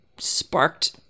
sparked